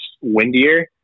windier